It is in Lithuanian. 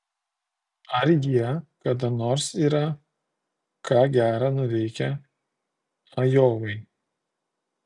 ar jie kada nors yra ką gera nuveikę ajovai